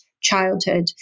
childhood